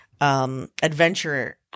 adventure